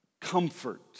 Comfort